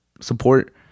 support